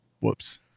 whoops